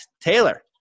Taylor